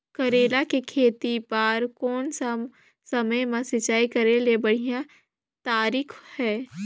करेला के खेती बार कोन सा समय मां सिंचाई करे के बढ़िया तारीक हे?